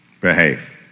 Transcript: behave